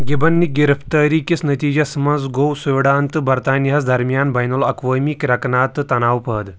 گِبن نہِ گِرِفتٲریی کِس نٔتیٖجس منٛز گوٚو سوِڑان تہٕ برطانِیاہس درمیان بین الاقوٲمی کرٮ۪کہٕ ناد تہٕ تناو پٲدٕ